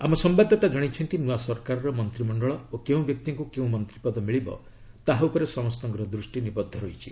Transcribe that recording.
ଆମ ସମ୍ଭାଦଦାତା ଜଣାଇଛନ୍ତି ନୂଆ ସରକାରର ମନ୍ତ୍ରିମଞ୍ଚଳ ଓ କେଉଁ ବ୍ୟକ୍ତିଙ୍କୁ କେଉଁ ମନ୍ତ୍ରୀପଦ ମିଳିବ ତାହା ଉପରେ ସମସ୍ତଙ୍କ ଦୃଷ୍ଟି ନିବଦ୍ଧ ରହିଛି